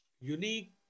unique